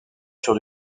sur